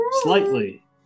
slightly